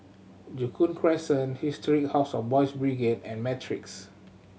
Joo Koon Crescent Historic House of Boys' Brigade and Matrix